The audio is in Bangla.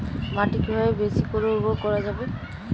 মাটি কিভাবে বেশী করে উর্বর করা যাবে?